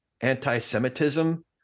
anti-Semitism